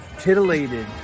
titillated